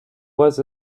was